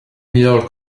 miglior